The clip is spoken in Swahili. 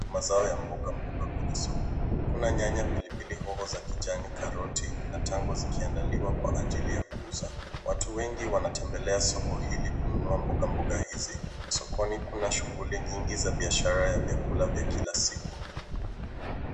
Mazao ya mbuga mbuga kwenye soko. Kuna nyanya, pilipili hoho za kijani, karoti na tango, zikiandaliwa kwa ajili ya kuuza. Watu wengi wanatembelea soko hili kununua mboga mboga hizi. Sokoni kuna shughuli nyingi za biashara ya vyakula vya kila siku.